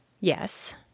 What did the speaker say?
Yes